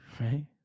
right